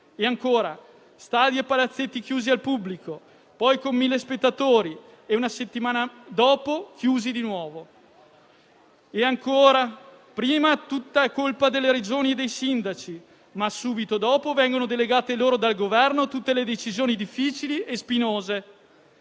E ancora: stadi e palazzetti chiusi al pubblico, poi con mille spettatori e, una settimana dopo, chiusi di nuovo. E ancora: prima è tutta colpa delle Regioni e dei sindaci, ma, subito dopo, vengono delegate loro dal Governo tutte le decisioni difficili e spinose.